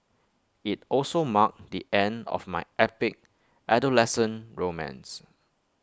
IT also marked the end of my epic adolescent romance